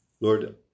Lord